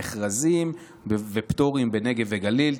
המכרזים ופטורים בנגב וגליל.